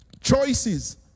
Choices